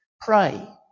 Pray